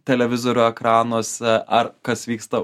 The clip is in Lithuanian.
televizorių ekranuose ar kas vyksta